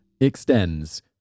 extends